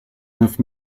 neuf